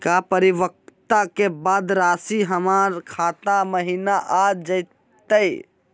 का परिपक्वता के बाद रासी हमर खाता महिना आ जइतई?